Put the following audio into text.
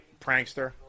prankster